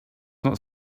not